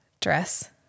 dress